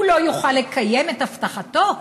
הוא לא יוכל לקיים את הבטחתו,